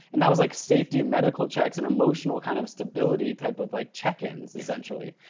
and that was like safety medical checks, and emotional kind of stability type of like check ins, essentially.